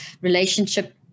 relationship